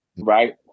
Right